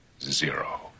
zero